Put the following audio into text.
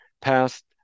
passed